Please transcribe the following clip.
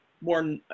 more